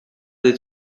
des